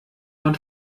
man